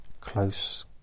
close